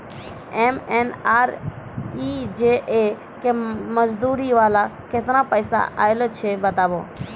MNREGA के मज़दूरी वाला केतना पैसा आयल छै बताबू?